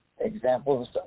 examples